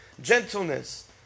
gentleness